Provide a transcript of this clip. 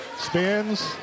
spins